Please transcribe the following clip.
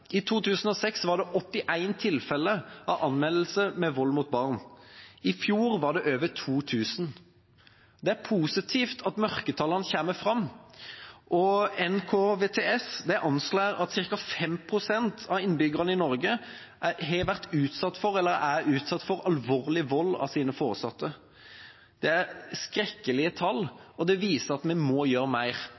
I 2006 var det 81 tilfeller av anmeldelser av vold mot barn. I fjor var det over 2 000. Det er positivt at mørketallene kommer fram. NKVTS, Nasjonalt kunnskapssenter om vold og traumatisk stress, anslår at ca. 5 pst. av innbyggerne i Norge har vært utsatt for eller er utsatt for alvorlig vold av sine foresatte. Det er skrekkelige tall, og det viser at vi må gjøre mer.